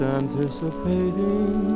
anticipating